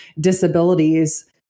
disabilities